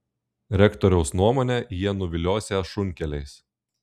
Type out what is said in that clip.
rektoriaus nuomone jie nuviliosią šunkeliais